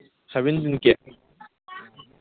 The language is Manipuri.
ꯁꯕꯦꯟꯇꯤꯟ ꯀꯦ